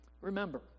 Remember